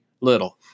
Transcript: little